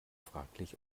fraglich